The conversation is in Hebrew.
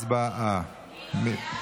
הצבעה.